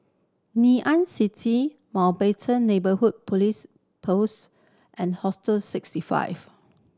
Ngee Ann City Mountbatten Neighbourhood Police Post and Hostel Sixty Five